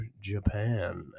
Japan